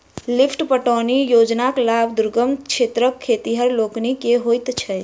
lift पटौनी योजनाक लाभ दुर्गम क्षेत्रक खेतिहर लोकनि के होइत छै